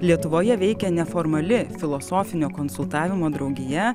lietuvoje veikia neformali filosofinio konsultavimo draugija